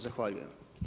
Zahvaljujem.